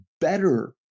better